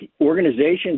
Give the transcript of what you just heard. organizations